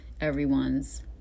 everyone's